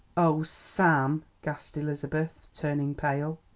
oh, sam! gasped elizabeth, turning pale.